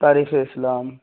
تاریخ اسلام